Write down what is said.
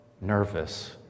nervous